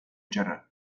txarrak